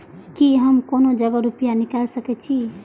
की हम कोनो जगह रूपया निकाल सके छी?